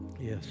Yes